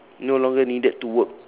no longer needed to work